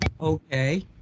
okay